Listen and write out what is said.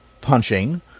punching